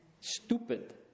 stupid